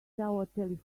telephone